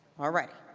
all right.